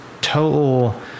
total